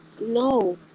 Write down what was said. No